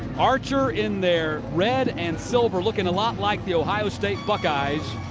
archer in their red and silver looking a lot like the ohio state buckeyes.